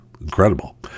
Incredible